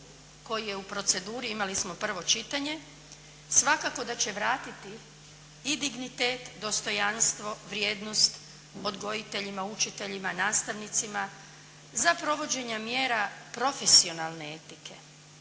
koji je u proceduri, imali smo prvo čitanje, svakako da će vratiti i dignitet, dostojanstvo, vrijednost odgojiteljima, učiteljima, nastavnicima za provođenje mjere profesionalne etike.